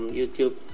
YouTube